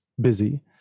busy